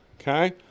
okay